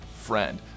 friend